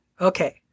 Okay